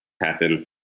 happen